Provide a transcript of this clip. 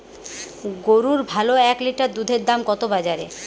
গরুর ভালো এক লিটার দুধের দাম কত বাজারে?